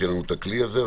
שיהיה לנו את הכלי הזה.